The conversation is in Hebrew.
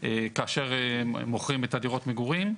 כאשר מוכרים את דירות המגורים.